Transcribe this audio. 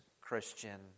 Christian